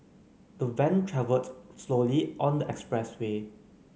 the Van travelled slowly on the expressway